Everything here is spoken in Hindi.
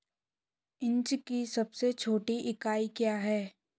इंच की सबसे छोटी इकाई क्या है?